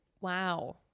Wow